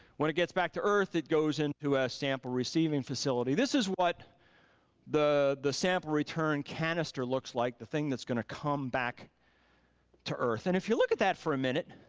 when it gets back to earth, it goes into a sample receiving facility. this is what the the sample return canister looks like, the thing that's gonna come back to earth and if you look at that for a minute,